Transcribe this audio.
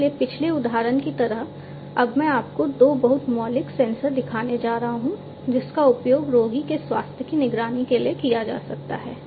इसलिए पिछले उदाहरण की तरह अब मैं आपको दो बहुत मौलिक सेंसर दिखाने जा रहा हूं जिनका उपयोग रोगी के स्वास्थ्य की निगरानी के लिए किया जा सकता है